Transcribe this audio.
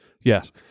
Yes